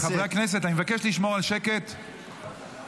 חברי הכנסת, אני מבקש לשמור על שקט, תודה.